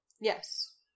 Yes